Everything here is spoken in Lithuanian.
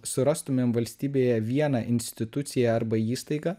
surastumėm valstybėje vieną instituciją arba įstaigą